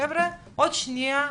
חבר'ה עוד שנייה,